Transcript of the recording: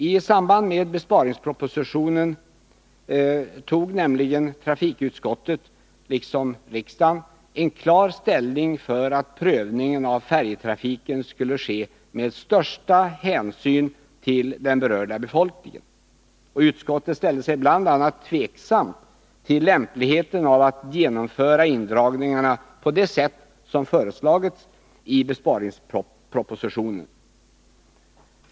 I samband med besparingspropositionen tog nämligen trafikutskottet liksom riksdagen klar ställning för att prövningen av färjetrafiken skulle ske med största hänsyn till den berörda befolkningen. Utskottet ställde sig bl.a. tveksamt till lämpligheten av att genomföra indragningarna på det sätt som föreslagits i besparingspropositionen.